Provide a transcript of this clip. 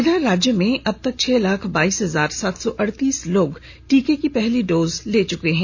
इधर राज्य में अब तक छह लाख बाइस हजार सात सौ अड़तीस लोग टीके की पहली डोज ले चुके हैं